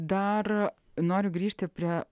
dar noriu grįžti prie